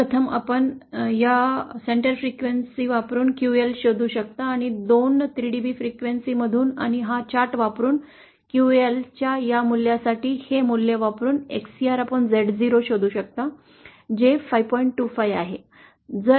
प्रथम आपण या केंद्र वारंवारता वापरुन QL शोधू शकता आणि दोन 3 dB फ्रिक्वेन्सीमधून आणि हा चार्ट वापरुन QL च्या या मूल्यासाठी हे मूल्य वापरुन XcrZ0 शोधू शकता जे 5